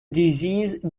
disease